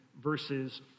verses